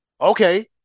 Okay